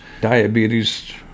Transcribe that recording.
diabetes